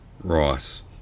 Ross